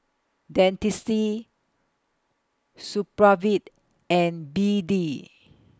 Dentiste Supravit and B D